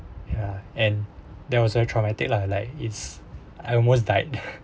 ya and there was a traumatic lah like it's I almost died